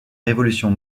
revolution